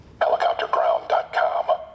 helicopterground.com